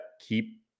keep